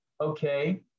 Okay